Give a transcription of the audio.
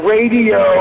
Radio